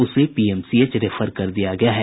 उसे PMCH refer कर दिया गया है